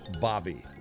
Bobby